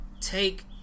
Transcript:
take